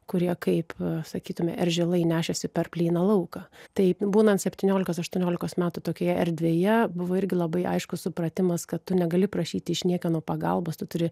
kurie kaip sakytume eržilai nešėsi per plyną lauką tai būnant septyniolikos aštuoniolikos metų tokioje erdvėje buvo irgi labai aiškus supratimas kad tu negali prašyti iš niekieno pagalbos tu turi